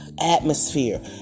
atmosphere